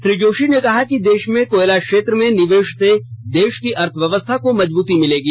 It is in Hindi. श्री जोशी ने कहा कि देश में कोयला क्षेत्र में निवेश से देश की अर्थव्यवस्था को मजबूती मिलेगी